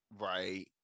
Right